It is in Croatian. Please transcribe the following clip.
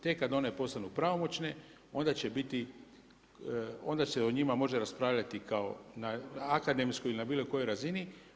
Tek kada one postanu pravomoćne onda će biti, onda se o njima može raspravljati kao na akademskoj ili bilo kojoj razini.